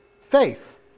Faith